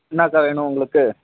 என்னக்கா வேணும் உங்களுக்கு